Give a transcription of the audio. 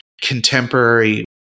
contemporary